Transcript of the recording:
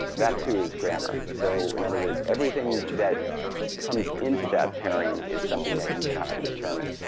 that too is grammar. so in other words, everything that comes into that pairing is something that you have to determine.